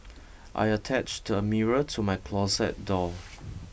I attached a mirror to my closet door